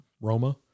Roma